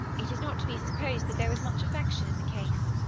it is not to be supposed that there was much affection in the case.